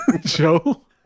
Joe